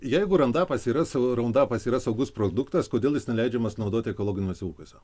jeigu randapas yra sau rundapas yra saugus produktas kodėl jis neleidžiamas naudoti ekologiniuose ūkiuose